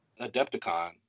Adepticon